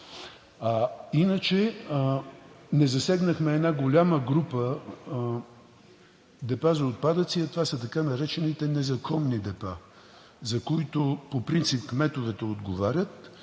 иначе не засегнахме една голяма група депа за отпадъци, а това са така наречените незаконни депа, за които по принцип кметовете отговарят,